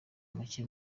make